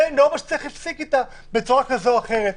היא נורמה שצריך להפסיק איתה בצורה כזו או אחרת.